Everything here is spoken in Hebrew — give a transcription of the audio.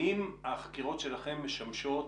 האם החקירות שלכם משמשות,